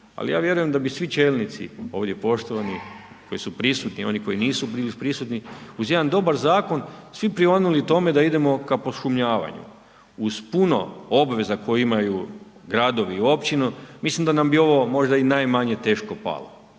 ali ja vjerujem da bi svi čelnici ovdje poštovani koji su prisutni i oni koji nisu bili prisutni, uz jedan dobar zakon, svi prionuli tome da idemo ka pošumljavanju, uz puno obveza koje imaju gradovi i općine, mislim da bi nam ovo možda i najmanje teško palo